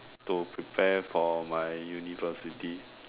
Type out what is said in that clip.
to prepare for my university